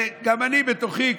גם אני בתוכי,